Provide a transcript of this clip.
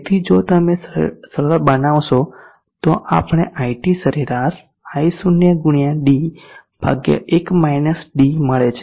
તેથી જો તમે સરળ બનાવશો તો આપણે iT સરેરાશ એ i0 ગુણ્યા d ભાગ્યા 1 d મળે છે